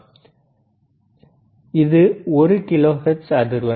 இப்போது இது ஒரு கிலோஹெர்ட்ஸ் அதிர்வெண்